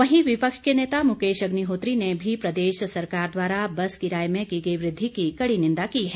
वहीं विपक्ष के नेता मुकेश अग्निहोत्री ने भी प्रदेश सरकार द्वारा बस किराए में की गई वृद्वि की कड़ी निदा की है